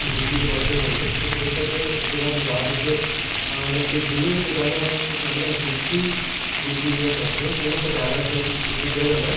ਜੁੱਤੀ ਦੇ ਵਰਕਰਜ਼ ਹੋ ਗਏ ਤੁਸੀਂ ਦੇਖ ਸਕਦੇ ਹੋ ਕਿਲ੍ਹਾ ਮੁਬਾਰਕ ਦੇ ਨਜ਼ਦੀਕ ਜਿੰਨੀਆਂ ਵੀ ਦੁਕਾਨਾਂ ਨੇ ਉਹ ਸਾਰੀਆਂ ਜੁੱਤੀ ਜੁੱਤੀ ਦੀਆਂ ਸ਼ੋਪਸ ਨੇ ਜਿਹਨਾਂ ਨੂੰ ਪਟਿਆਲਾ ਸ਼ਾਹੀ ਜੁੱਤੀ ਕਿਹਾ ਜਾਂਦਾ ਹੈ